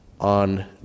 on